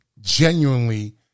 genuinely